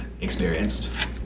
experienced